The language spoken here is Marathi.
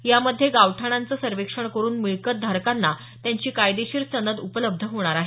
यामध्ये गावठाणांचं सर्वेक्षण करून मिळकत धारकांना त्यांची कायदेशीर सनद उपलब्ध होणार आहे